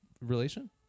relation